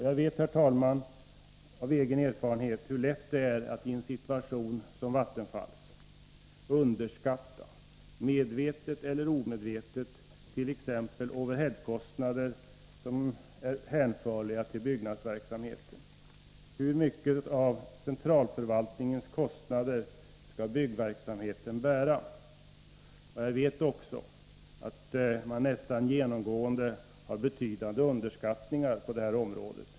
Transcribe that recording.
Jag vet, herr talman, av egen erfarenhet hur lätt det är att i en situation som Vattenfalls medvetet eller omedvetet underskatta t.ex. overheadkostnader som är hänförliga till byggnadsverksamheten. Hur mycket av centralförvaltningens kostnader skall byggnadsverksamheten bära? Jag vet också att man nästan genomgående har betydande underskattningar på det här området.